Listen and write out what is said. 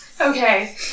Okay